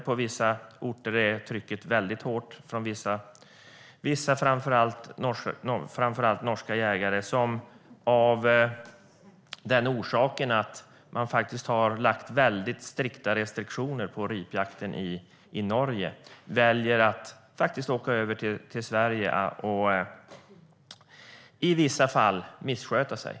På vissa orter är trycket hårt från framför allt norska jägare eftersom det råder strikta restriktioner för ripjakten i Norge. De väljer att åka över till Sverige, och i vissa fall missköter de sig.